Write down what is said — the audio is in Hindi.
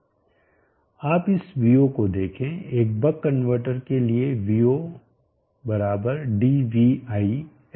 आप इस v0 को देखें एक बक कन्वर्टर के लिए v0 dvin